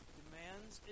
demands